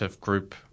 group